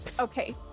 Okay